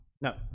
No